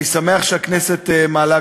אני שמח שהכנסת מעלה,